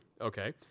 Okay